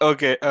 Okay